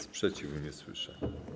Sprzeciwu nie słyszę.